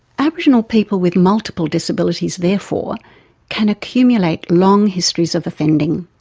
aboriginal people with multiple disabilities therefore can accumulate long histories of offending.